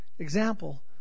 example